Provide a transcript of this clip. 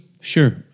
Sure